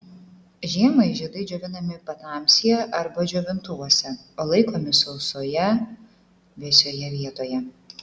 žiemai žiedai džiovinami patamsyje arba džiovintuvuose o laikomi sausoje vėsioje vietoje